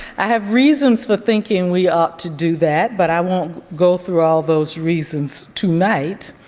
i have reasons for thinking we ought to do that but i won't go through all those reasons tonight.